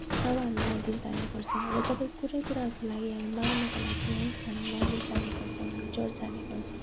तब हामी मन्दिर जाने गर्छौँ र जब कुनै कुराहरूको लागि हामी माग्नको लागि है हामी मन्दिर जाने गर्छौँ हामी चर्च जाने गर्छौँ